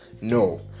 No